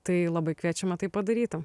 tai labai kviečiame tai padaryti